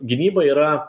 gynyba yra